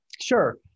Sure